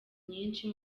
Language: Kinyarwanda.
nyinshi